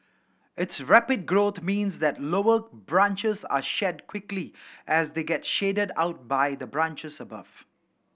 its rapid growth means that lower branches are shed quickly as they get shaded out by the branches above